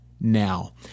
now